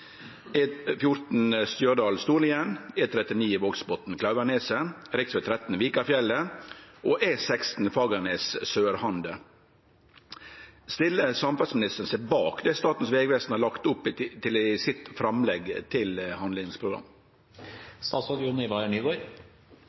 13 Vikafjellet og E16 Fagernes sør–Hande. Stiller samferdselministeren seg bak det Statens vegvesen har lagt opp til i framlegget sitt til